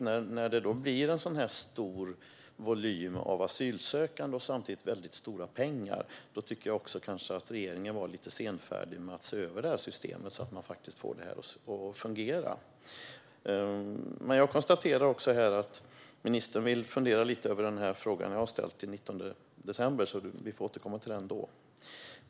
När det blir en så här stor volym av asylsökande och samtidigt handlar om så mycket pengar tycker jag att regeringen har varit lite senfärdig med att se över systemet för att få det att fungera. Jag konstaterar också att ministern vill fundera över den fråga som jag har ställt till den 19 december, så vi får återkomma till den då.